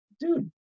dude